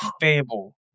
Fable